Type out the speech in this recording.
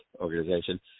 organization